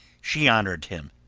she honored him,